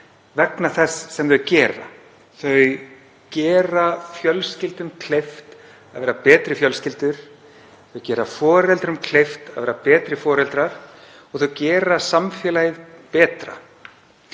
vegna þess sem þau gera. Þau gera fjölskyldum kleift að vera betri fjölskyldur, þau gera foreldrum kleift að vera betri foreldrar og þau gera samfélagið betra.